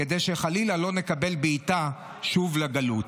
כדי שחלילה לא נקבל בעיטה שוב לגלות.